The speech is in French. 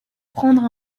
prendre